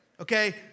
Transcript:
okay